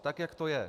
Tak jak to je.